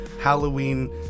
Halloween